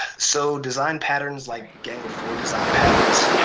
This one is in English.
so design patterns like gang of four design patterns,